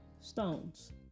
Stones